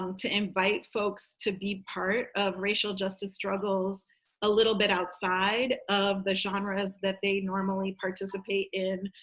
um to invite folks to be part of racial justice struggles a little bit outside of the genres that they normally participate in,